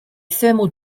thermal